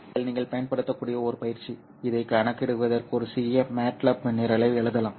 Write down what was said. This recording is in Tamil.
இங்கே நீங்கள் பயன்படுத்தக்கூடிய ஒரு பயிற்சி இதைக் கணக்கிடுவதற்கு ஒரு சிறிய மாட்லாப் நிரலை எழுதலாம்